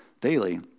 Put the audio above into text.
daily